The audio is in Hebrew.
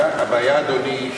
אדוני,